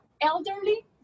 elderly